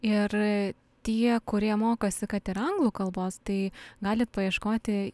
ir tie kurie mokosi kad ir anglų kalbos tai galit paieškoti